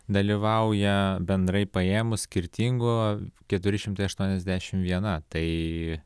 dalyvauja bendrai paėmus skirtingu keturi šimtai aštuoniasdešim viena tai